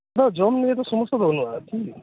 ᱩᱱᱟᱹᱜ ᱡᱚᱢ ᱱᱤᱭᱮᱫᱚ ᱥᱚᱢᱚᱥᱟ ᱫᱚ ᱵᱟᱹᱱᱩᱜ ᱟ ᱴᱷᱤᱠᱜᱮᱭᱟ